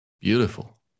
Beautiful